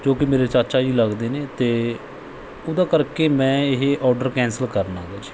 ਜੋ ਕਿ ਮੇਰੇ ਚਾਚਾ ਜੀ ਲੱਗਦੇ ਨੇ ਅਤੇ ਉਹਦਾ ਕਰਕੇ ਮੈਂ ਇਹ ਔਡਰ ਕੈਂਸਲ ਕਰਨਾ ਗਾ ਜੀ